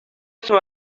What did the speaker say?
swain